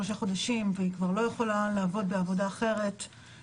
חודשים והיא כבר לא יכולה לעבוד בעבודה אחרת,